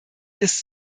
ist